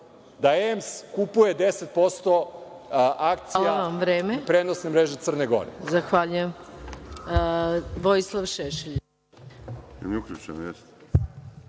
da EMS kupuje 10% akcija u prenosnoj mreži Crne Gore.